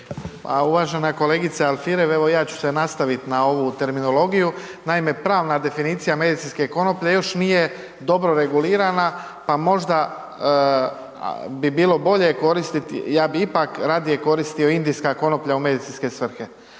uvažena kolegice Alfirev evo ja ću se nastavit evo na ovu terminologiju, naime pravna definicija medicinske konoplje još nije dobro regulirana, pa možda bi bilo bolje koristit, ja bi ipak radije koristio indijska konoplja u medicinske svrhe,